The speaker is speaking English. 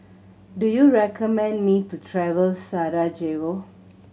do you recommend me to travel Sarajevo